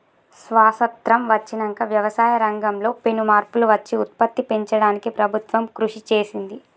స్వాసత్రం వచ్చినంక వ్యవసాయ రంగం లో పెను మార్పులు వచ్చి ఉత్పత్తి పెంచడానికి ప్రభుత్వం కృషి చేసింది